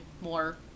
more